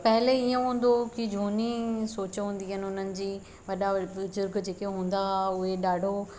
पहले हीअं हूंदो हुओ की झूनी सोच हूंदी हुयनि हुननि जी वॾा बुजूर्ग जेके हूंदा हुआ हुए ॾाढो